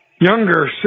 Younger